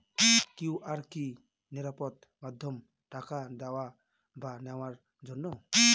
QR কি নিরাপদ মাধ্যম টাকা দেওয়া বা নেওয়ার জন্য?